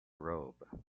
robe